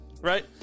Right